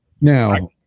now